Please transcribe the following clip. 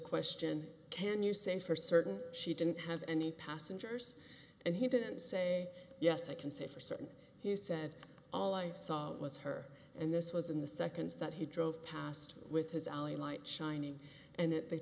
question can you say for certain she didn't have any passengers and he didn't say yes i can say for certain he said all i saw was her and this was in the seconds that he drove past with his alley light shining and that the